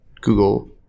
Google